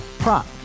Prop